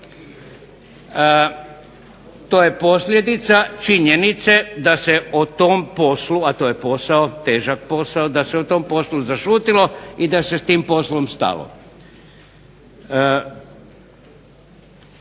To je posljedica činjenice da se o tom poslu, a to je posao, težak posao, da se o tom poslu zašutilo i da se s tim poslom stalo.